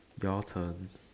your turn